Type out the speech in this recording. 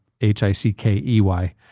H-I-C-K-E-Y